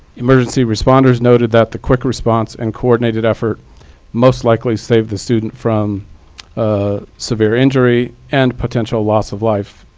emergency responders noted that the quick response and coordinated effort most likely saved the student from a severe injury and potential loss of life.